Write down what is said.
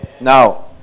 Now